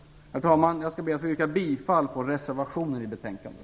Herr talman! Jag ber att få yrka bifall till reservationen vid betänkandet.